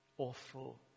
awful